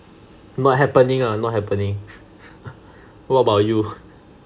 not happening ah not happening what about you